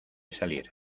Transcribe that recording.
salir